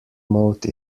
mode